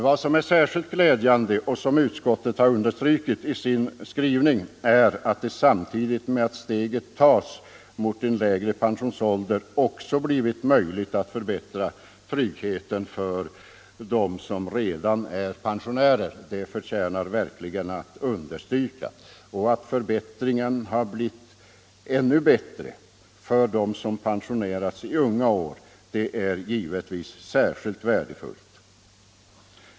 Vad som är särskilt glädjande — vilket utskottet har betonat i sin skrivning — är att det samtidigt med att steget tas mot lägre pensionsålder blivit möjligt att också förbättra tryggheten för dem som redan är pensionärer;, det förtjänar verkligen att understrykas. Att förbättringen har blivit ännu större för dem som pensionerats i unga år är givetvis särskilt värdefullt.